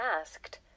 asked